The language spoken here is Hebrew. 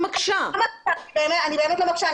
אני באמת לא מקשה.